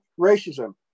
racism